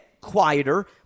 quieter